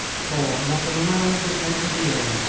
for not a man of them entered the inn,